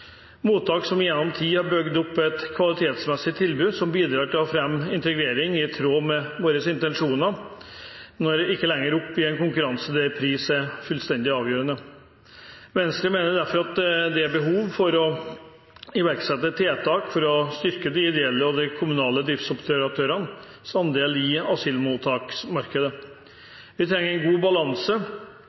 Mottak som gjennom tid har bygd opp et kvalitetsmessig bra tilbud som bidrar til å fremme integrering i tråd med våre intensjoner, når ikke lenger opp i en konkurranse der pris er fullstendig avgjørende. Venstre mener derfor at det er behov for å iverksette tiltak for å styrke de ideelle og de kommunale driftsoperatørenes andel av asylmottaksmarkedet. Vi trenger en god balanse